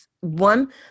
One